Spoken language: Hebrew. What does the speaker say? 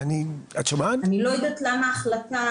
אני לא יודעת למה החלטה